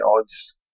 odds